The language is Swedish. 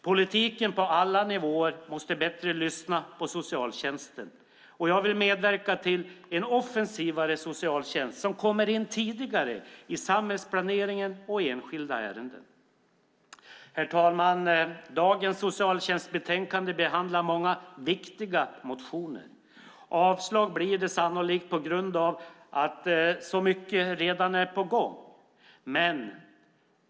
Politiken på alla nivåer måste lyssna bättre på socialtjänsten. Jag vill medverka till en offensivare socialtjänst som kommer in tidigare i samhällsplaneringen och i enskilda ärenden. Herr talman! Dagens socialtjänstbetänkande behandlar många viktiga motioner. Avslag blir det sannolikt på grund av att så mycket redan är på gång.